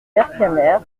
vercamer